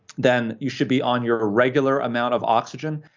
then you should be on your regular amount of oxygen,